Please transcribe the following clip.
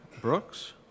Brooks